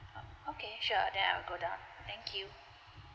uh okay sure then I'll go down thank you